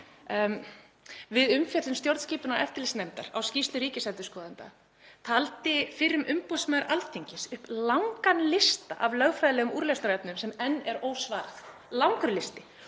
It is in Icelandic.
Við umfjöllun stjórnskipunar- og eftirlitsnefndar um skýrslu ríkisendurskoðanda taldi fyrrum umboðsmaður Alþingis upp langan lista af lögfræðilegum úrlausnarefnum sem enn er ósvarað, langan lista,